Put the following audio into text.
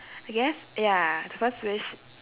I guess ya first wish